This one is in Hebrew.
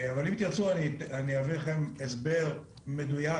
אבל אם תרצו, אעביר אליכם הסבר מדויק